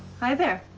hi there.